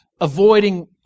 avoiding